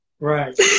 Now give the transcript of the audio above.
Right